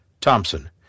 Thompson